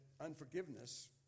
unforgiveness